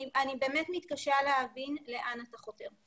אני באמת מתקשה להבין לאן אתה חותר.